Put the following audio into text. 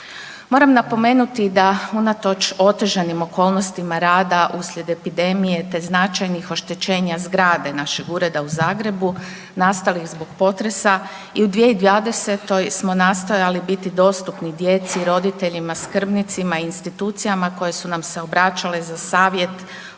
Moram napomenuti da unatoč otežanim okolnostima rada uslijed epidemije te značajnih oštećenja zgrade našeg Ureda u Zagrebu nastalih zbog potresa i u 2020. smo nastojali biti dostupni djeci i roditeljima skrbnicima i institucijama koje su nam se obraćale za savjet,